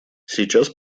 сейчас